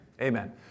Amen